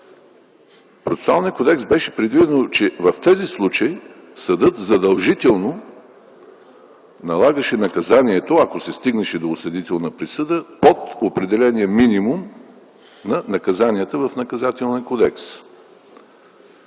Процесуалния кодекс беше предвидено, че в тези случаи съдът задължително налагаше наказанието, ако се стигнеше до осъдителна присъда, под определения минимум на наказанията в Наказателния кодекс.